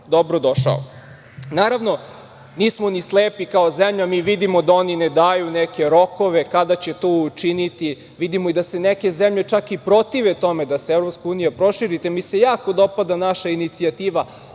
dobro došao. Naravno, nismo ni slepi kao zemlja, mi vidimo da oni ne daju neke rokove kada će to učiniti, vidimo i da se neke zemlje čak i protive tome da se EU proširi, te mi se jako dopada naša inicijativa